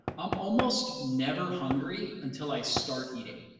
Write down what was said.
i'm almost never hungry until i start eating.